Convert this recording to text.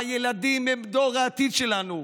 הילדים הם דור העתיד שלנו,